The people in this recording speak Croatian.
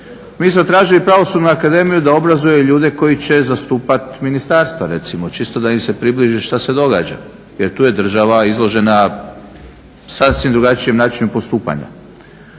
mi smo tražili Pravosudnu akademiju da obrazuje ljude koji će zastupat ministarstva recimo, čisto da im se približi šta se događa jer tu je država izložena sasvim drugačijem načinu postupanja.